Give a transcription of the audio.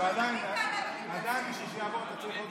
ועדיין, בשביל שזה יעבור, אתה צריך עוד,